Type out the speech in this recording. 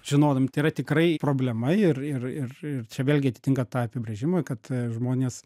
žinodami tai yra tikrai problema ir ir ir ir čia vėlgi atitinka tą apibrėžimą kad žmonės